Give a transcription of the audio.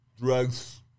drugs